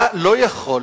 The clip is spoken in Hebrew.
אתה לא יכול,